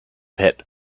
pit